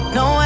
no